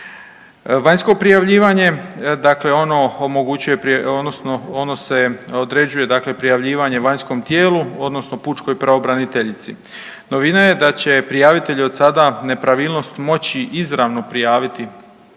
ono omogućuje odnosno ono se određuje, dakle prijavljivanje vanjskom tijelu, odnosno pučkoj pravobraniteljici. Novina je da će prijavitelj od sada nepravilnost moći izravno prijaviti